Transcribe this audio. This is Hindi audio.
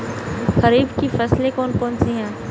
खरीफ की फसलें कौन कौन सी हैं?